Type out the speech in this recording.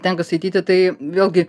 tenka skaityti tai vėlgi